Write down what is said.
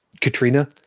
Katrina